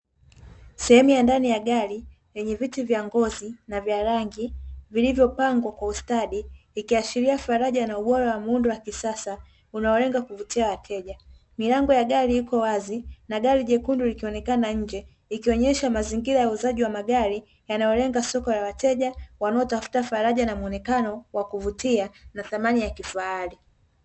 Sehemu ya ndani ya gari yenye viti vya ngozi na vya rangi vilivopangwa kwa ustadi, ikiashiria faraja na ubora wa muundo wa kisasa unaolenga kuvutia wateja. Milango ya gari iko wazi na gari jekundu likionekana nje, ikionyesha mazingira ya uuzaji wa magari yanayolenga soko la wateja wanaotafuta faraja na muonekano wa kuvutia na thamani ya kifahari.